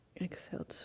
exhale